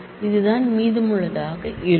இதுதான் மீதமுள்ளதாக இருக்கும்